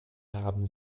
haben